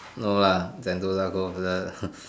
no lah Sentosa Cove the